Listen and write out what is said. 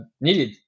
needed